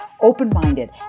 open-minded